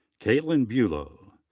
kaitlyn buelow.